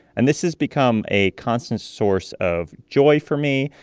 and this has become a constant source of joy for me.